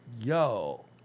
Yo